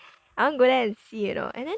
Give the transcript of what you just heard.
I want go there and see you know and then